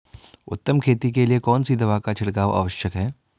उत्तम खेती के लिए कौन सी दवा का छिड़काव आवश्यक है?